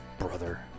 Brother